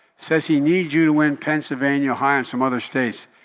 says he needs you to win pennsylvania, ohio and some other states.